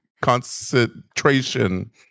concentration